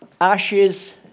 ashes